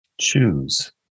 Choose